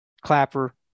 Clapper